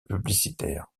publicitaire